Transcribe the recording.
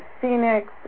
Phoenix